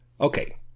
Okay